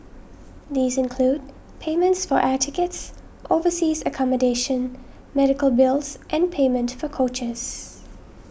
these include payments for air tickets overseas accommodation medical bills and payment for coaches